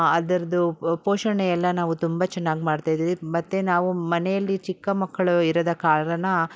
ಅದರದ್ದು ಪೋಷಣೆಯೆಲ್ಲ ನಾವು ತುಂಬ ಚೆನ್ನಾಗಿ ಮಾಡ್ತಾಯಿದ್ದೀವಿ ಮತ್ತು ನಾವು ಮನೆಯಲ್ಲಿ ಚಿಕ್ಕ ಮಕ್ಕಳು ಇರದ ಕಾರಣ